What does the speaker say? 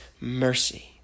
mercy